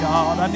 God